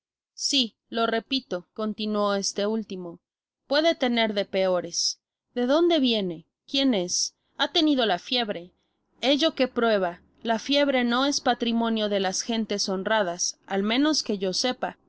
si lo repito continuó este último puede tener de peores de donde viene quién es ha tenido la fiebre ello que prueba la fiebre no es patrimonio delas gentes honradas al menos que yo sepa